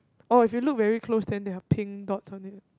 oh if you look very close then they have pink dots on it